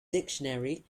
dictionary